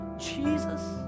Jesus